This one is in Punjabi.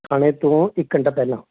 ਖਾਣੇ ਤੋਂ ਇੱਕ ਘੰਟਾ ਪਹਿਲਾਂ